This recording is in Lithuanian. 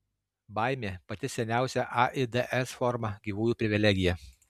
baimė pati seniausia aids forma gyvųjų privilegija